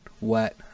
wet